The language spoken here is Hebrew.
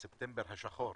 ספטמבר השחור.